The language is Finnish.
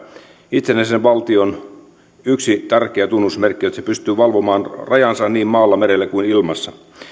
itsenäisen valtion yksi tärkeä tunnusmerkki on että se pystyy valvomaan rajansa niin maalla merellä kuin ilmassa